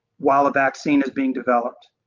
while a vaccine is being developed.